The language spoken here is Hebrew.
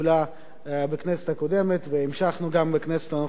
בכנסת הקודמת והמשכנו גם בכנסת הנוכחית,